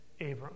Abram